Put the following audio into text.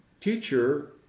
teacher